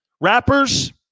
rappers